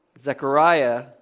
Zechariah